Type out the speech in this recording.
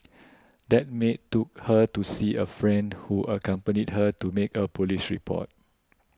that maid took her to see a friend who accompanied her to make a police report